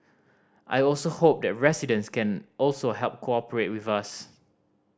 I also hope that residents can also help cooperate with us